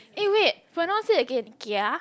eh wait pronounce it again kia